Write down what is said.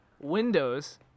Windows